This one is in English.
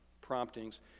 promptings